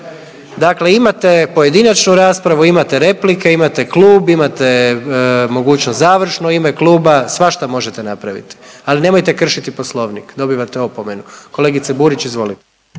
Dakle imate, pojedinačnu raspravu, imate replike, imate klub, imate mogućnost završno u ime kluba, svašta možete napraviti, ali nemojte kršiti Poslovnik. Dobivate opomenu. Kolegice Burić, izvolite.